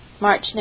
March